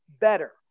better